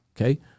okay